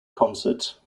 concert